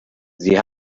sie